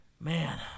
Man